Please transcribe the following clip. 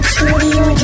Studio